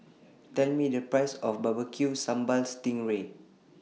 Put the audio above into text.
Tell Me The Price of Bbq Sambal Sting Ray